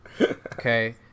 okay